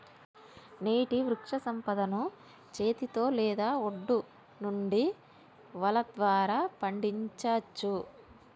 నీటి వృక్షసంపదను చేతితో లేదా ఒడ్డు నుండి వల ద్వారా పండించచ్చు